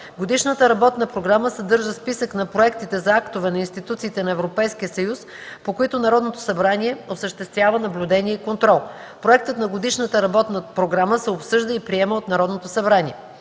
Годишната работна програма съдържа списък на проектите за актове на институциите на Европейския съюз, по които Народното събрание осъществява наблюдение и контрол. Проектът за годишната работна програма се обсъжда и приема от Народното събрание.